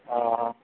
ହଁ ହଁ